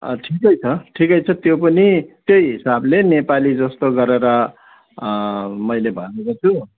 अँ ठिकै छ ठिकै छ त्यो पनि त्यही हिसाबले नेपाली जस्तो गरेर मैले भनेको छु